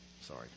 Sorry